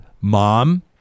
mom